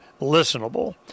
listenable